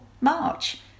March